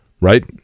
Right